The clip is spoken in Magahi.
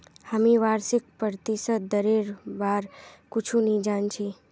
हामी वार्षिक प्रतिशत दरेर बार कुछु नी जान छि